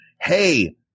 hey